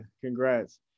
congrats